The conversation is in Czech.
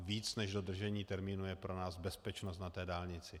Víc než dodržení termínu je pro nás bezpečnost na dálnici.